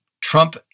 Trump